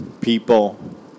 people